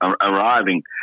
arriving